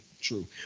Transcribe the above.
True